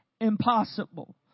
impossible